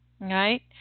Right